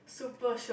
super shiok